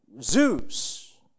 Zeus